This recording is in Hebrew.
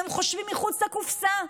הם חושבים מחוץ לקופסה.